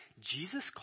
Jesus